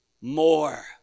more